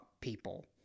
people